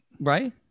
right